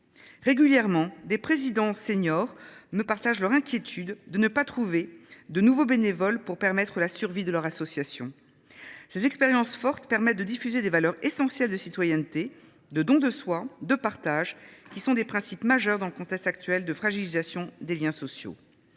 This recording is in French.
Régulièrement, des présidents d’association âgés me font part de leur crainte de ne pas trouver de nouveaux bénévoles pour assurer la survie de leur structure. Ces expériences fortes permettent pourtant de diffuser des valeurs essentielles de citoyenneté, de don de soi, de partage, qui sont des principes majeurs dans le contexte actuel de fragilisation des liens sociaux.